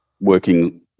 working